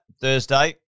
Thursday